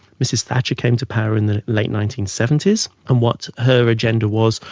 mrs thatcher came to power in the late nineteen seventy s and what her agenda was,